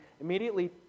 immediately